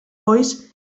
bois